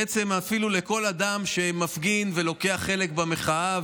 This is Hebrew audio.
בעצם אפילו לכל אדם שמפגין ולוקח חלק במחאה,